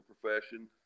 profession